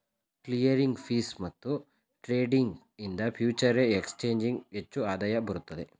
clearing fees ಮತ್ತು trading ಇಂದ ಫ್ಯೂಚರೆ ಎಕ್ಸ್ ಚೇಂಜಿಂಗ್ ಹೆಚ್ಚು ಆದಾಯ ಬರುತ್ತದೆ